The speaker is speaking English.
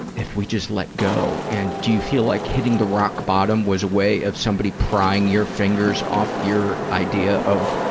if we just let go and do you feel that like hitting the rock bottom was a way of somebody prying your fingers off your idea of,